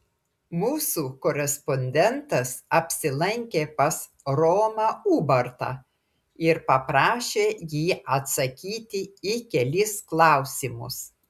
mūsų korespondentas apsilankė pas romą ubartą ir paprašė jį atsakyti į kelis klausimus